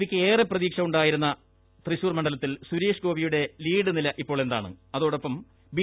പിക്ക് ഏറെ പ്രതീക്ഷ ഉണ്ടായിരുന്ന തൃശൂർ മണ്ഡലത്തിൽ സുരേഷ് ഗോപിയുടെ ലീഡ് നില ഇപ്പോൾ എന്താണ് ബി